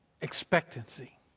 expectancy